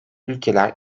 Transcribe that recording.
ülkeler